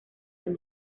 del